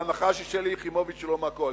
בהנחה ששלי יחימוביץ היא לא מהקואליציה.